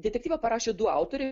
detektyvą parašė du autoriai